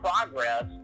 progress